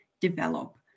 develop